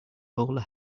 bowler